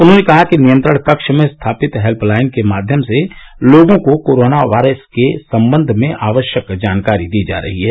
उन्होंने कहा कि नियंत्रण कक्ष में स्थापित हेल्पलाइन के माध्यम से लोगों को कोरोना वायरस के सम्बन्ध में आवश्यक जानकारी दी जा रही है